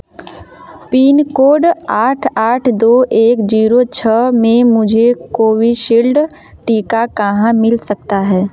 pin code आठ आठ दो एक जीरो छः में मुझे कोविशील्ड टीका कहाँ मिल सकता है